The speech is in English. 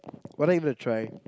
why don't you give it a try